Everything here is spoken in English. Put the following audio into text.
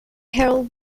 herald